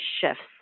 shifts